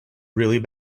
really